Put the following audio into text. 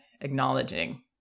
acknowledging